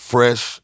Fresh